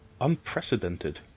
unprecedented